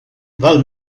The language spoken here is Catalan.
val